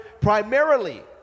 primarily